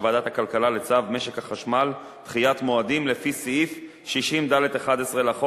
ועדת הכלכלה לצו משק החשמל (דחיית מועדים לפי סעיף 60(ד11) לחוק),